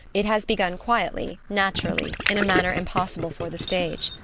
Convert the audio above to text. it has begun quietly, naturally, in a manner impossible for the stage.